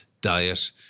diet